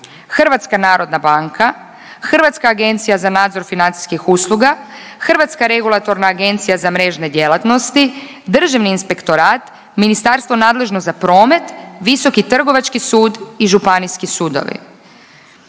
Hrvatska narodna banka, Hrvatska agencija za nadzor financijskih usluga, Hrvatska regulatorna agencija za mrežne djelatnosti, Državni inspektorat, ministarstvo nadležno za promet, Visoki trgovački sud i Županijski sudovi.